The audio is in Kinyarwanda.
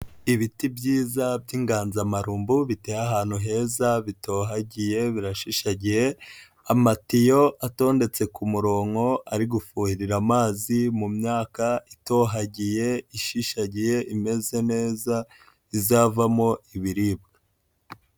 Ibiti byiza by'inganzamarumbu, biteye ahantu heza, bitohagiye, birashishagiye, amatiyo atondetse ku murongo ari gufuhirira amazi mu myaka, itohagiye, ishishagiye, imeze neza izavamo ibiribwa.